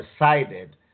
decided